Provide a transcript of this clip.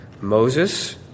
Moses